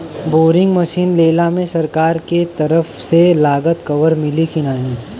Boring machine लेला मे सरकार के तरफ से लागत कवर मिली की नाही?